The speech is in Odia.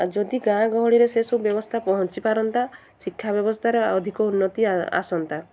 ଆଉ ଯଦି ଗାଁ ଗହଳିରେ ସେସବୁ ବ୍ୟବସ୍ଥା ପହଞ୍ଚିପାରନ୍ତା ଶିକ୍ଷା ବ୍ୟବସ୍ଥାର ଅଧିକ ଉନ୍ନତି ଆସନ୍ତା